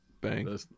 Bang